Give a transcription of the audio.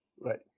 right